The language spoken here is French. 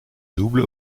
double